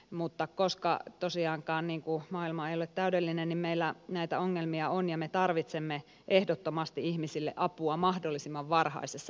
mutta koska tosiaankaan maailma ei ole täydellinen niin meillä näitä ongelmia on ja me tarvitsemme ehdottomasti ihmisille apua mahdollisimman varhaisessa vaiheessa